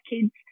kids